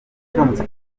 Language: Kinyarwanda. turamutse